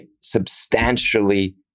substantially